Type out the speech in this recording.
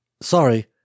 Sorry